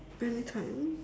anytime